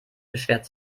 beschwert